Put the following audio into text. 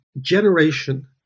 generation